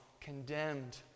condemned